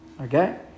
Okay